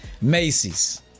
Macy's